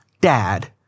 dad